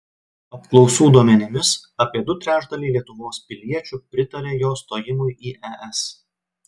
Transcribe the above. apklausų duomenimis apie du trečdaliai lietuvos piliečių pritaria jos stojimui į es